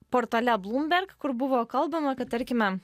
portale bloomberg kur buvo kalbama kad tarkime